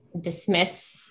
dismiss